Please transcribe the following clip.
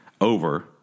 over